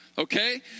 Okay